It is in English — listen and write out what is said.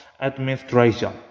administration